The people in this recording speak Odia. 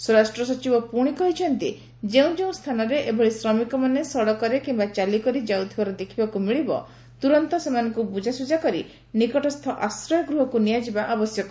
ସ୍ୱରାଷ୍ଟ୍ରସଚିବ ପୁଣି କହିଛନ୍ତି ଯେଉଁଯେଉଁ ସ୍ଥାନରେ ଏଭଳି ଶ୍ରମିକମାନେ ସଡ଼କରେ କିମ୍ବା ଚାଲିକରି ଚାଉଥିବାର ଦେଖିବାକୁ ମିଳିବ ତୁରନ୍ତ ସେମାନଙ୍କୁ ବୁଝାସୁଝା କରି ନିକଟସ୍ଥ ଆଶ୍ରୟଗୃହକୁ ନିଆଯିବା ଆବଶ୍ୟକ